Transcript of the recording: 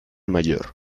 mayor